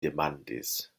demandis